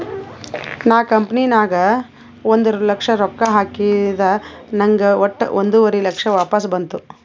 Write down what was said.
ನಾ ಕಂಪನಿ ನಾಗ್ ಒಂದ್ ಲಕ್ಷ ರೊಕ್ಕಾ ಹಾಕಿದ ನಂಗ್ ವಟ್ಟ ಒಂದುವರಿ ಲಕ್ಷ ವಾಪಸ್ ಬಂತು